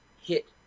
hit